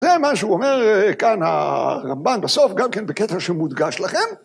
זה מה שהוא אומר כאן הרמב"ן בסוף, גם כן בקטע שמודגש לכם.